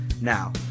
Now